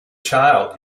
child